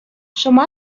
شما